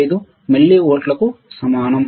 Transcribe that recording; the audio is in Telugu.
75 మిల్లీవోల్ట్లకు సమానం